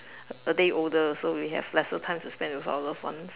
a day older so we have lesser time to spend with our love ones